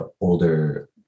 older